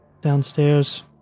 downstairs